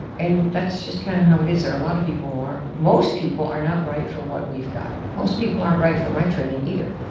and that's just kind of how it is. there are a lot of people who aren't, most people are not right for what we've got. most people aren't right for my training either.